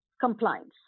compliance